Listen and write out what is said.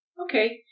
Okay